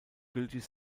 gültig